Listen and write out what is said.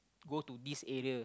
go to this area